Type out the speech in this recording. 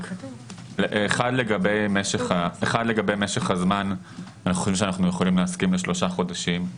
לגבי משך הזמן, אנו יכולים להסכים לשלושה חודשים.